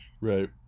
Right